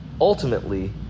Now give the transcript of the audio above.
ultimately